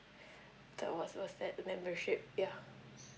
the what's what's that membership ya